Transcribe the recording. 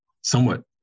somewhat